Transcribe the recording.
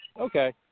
okay